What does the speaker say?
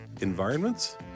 Environments